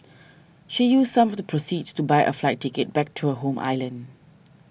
she used some of the proceeds to buy a flight ticket back to her home island